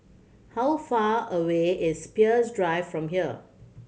how far away is Peirce Drive from here